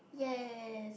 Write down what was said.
yes